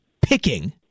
picking